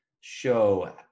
show